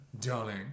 darling